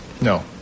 No